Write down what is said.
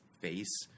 face